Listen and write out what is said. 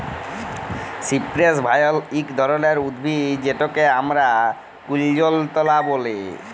cypress vine ইক ধরলের উদ্ভিদ যেটকে আমরা কুল্জলতা ব্যলে